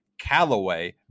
Callaway